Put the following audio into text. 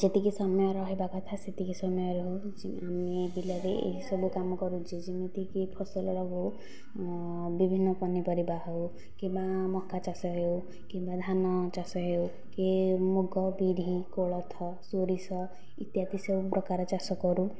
ଯେତିକି ସମୟ ରହିବା କଥା ସେତିକି ସମୟ ରହୁ ଜି ଆମେ ବିଲରେ ଏହି ସବୁ କାମ କରୁ ଯେ ଯେମିତିକି ଫସଲର ହେଉ ବିଭିନ୍ନ ପନିପରିବା ହେଉ କିମ୍ବା ମକା ଚାଷ ହେଉ କିମ୍ବା ଧାନ ଚାଷ ହେଉ କି ମୁଗ ବିରି କୋଳଥ ସୋରିଷ ଇତ୍ୟାଦି ସବୁ ପ୍ରକାର ଚାଷ କରୁ